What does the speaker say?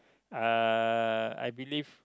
uh I believe